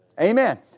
Amen